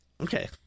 Okay